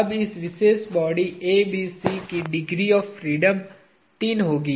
अब इस विशेष बॉडी A B C की डिग्री ऑफ़ फ्रीडम तीन होगी